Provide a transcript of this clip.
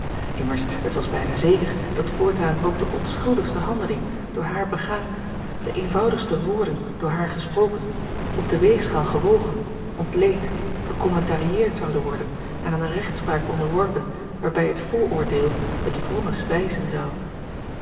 immers het was bijna zeker dat voortaan ook de onschuldigste handeling door haar begaan de eenvoudigste woorden door haar gesproken op de weegschaal gewogen ontleed gekommentariëerd zouden worden en aan een rechtspraak onderworpen waarbij het vooroordeel het vonnis wijzen zou